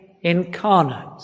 incarnate